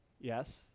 Yes